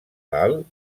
dalt